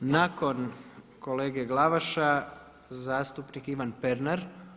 Nakon kolege Glavaša zastupnik Ivan Pernar.